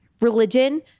religion